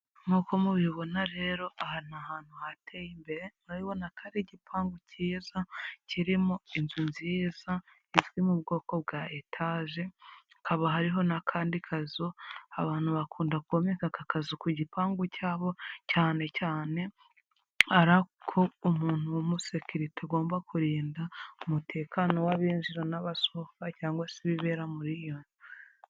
Nk'uko mubibona rero, aha ni ahantu hateye imbere, murabibona ko ari igipangu cyiza, kirimo inzu nziza izwi mu bwoko bwa etaje, hakaba hariho n'akandi kazu, abantu bakunda kumeka aka kazu ku gipangu cyabo, cyane cyane ari ak'umuntu w'umusekirite ugomba kurinda umutekano w'abinjira n'abasohoka cyangwa se ibibera muri iyo nzu.